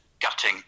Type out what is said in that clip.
gutting